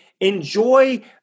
enjoy